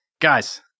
guys